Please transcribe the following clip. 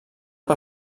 per